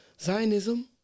Zionism